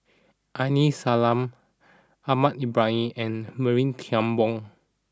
Aini Salang Ahmad Ibrahim and Marie Tian Bong